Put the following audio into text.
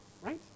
Right